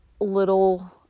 little